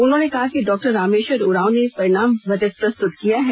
उन्होंने कहा कि डॉ रामेश्वर उरांव ने परिणाम बजट प्रस्तुत किया है